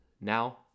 Now